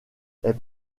est